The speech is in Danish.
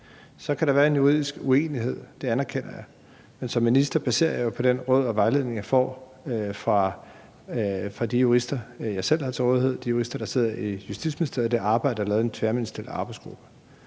Så kan der være en juridisk uenighed, det anerkender jeg, men som minister baserer jeg det jo på de råd og den vejledning, jeg får fra de jurister, jeg selv har til rådighed, og fra de jurister, der sidder i Justitsministeriet, og på det arbejde, der er lavet i den tværministerielle arbejdsgruppe,